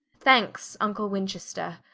thankes vncle winchester,